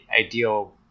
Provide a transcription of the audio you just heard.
ideal